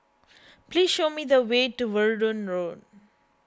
please show me the way to Verdun Road